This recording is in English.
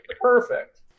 Perfect